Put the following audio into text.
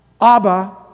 Abba